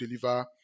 deliver